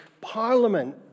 parliament